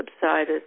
subsided